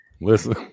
Listen